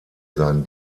seinen